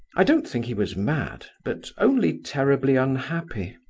i don't think he was mad, but only terribly unhappy.